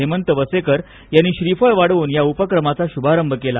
हेमंत वसेकर यांनी श्रीफळ वाढवून या उपक्रमाचा श्रभारंभ केला